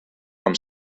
com